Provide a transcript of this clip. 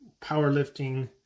powerlifting